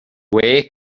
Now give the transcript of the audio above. where